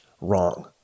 wrong